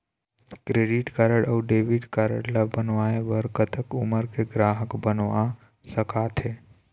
Credit card अऊ debit card ला बनवाए बर कतक उमर के ग्राहक बनवा सका थे?